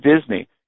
Disney